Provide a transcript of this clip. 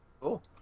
Cool